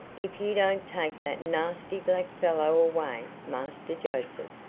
if you don't take that nasty black fellow away, master joseph,